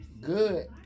good